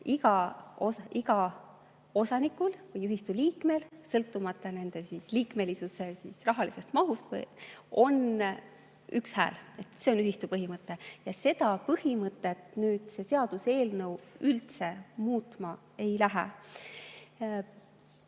igal osanikul või ühistu liikmel, sõltumata nende liikmesuse rahalisest mahust, on üks hääl. See on ühistu põhimõte ja seda põhimõtet see seaduseelnõu üldse muutma ei lähe.